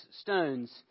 stones